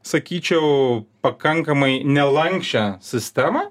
sakyčiau pakankamai nelanksčią sistemą